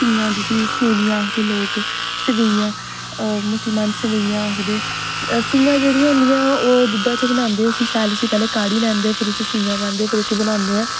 सीयां जिसी सेवियां आक्खदे लोग सबेइयां मुसलमान सबेइयां आक्खदे सियां जेहडियां होंदिया ओह् दुद्धै च बनांदे उसी शैल पैहलें उसी काढ़ी लैंदे फिर उस च सीयां पांदे ते फिर बनांदे ऐ